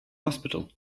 hospital